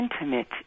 intimate